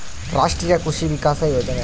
ರಾಷ್ಟ್ರೀಯ ಕೃಷಿ ವಿಕಾಸ ಯೋಜನೆ